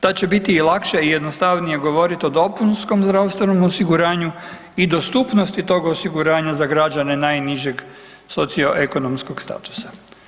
Tad će biti lakše i jednostavnije govoriti o dopunskom zdravstvenom osiguranju i dostupnosti tog osiguranja za građane najnižeg socio-ekonomskog statusa.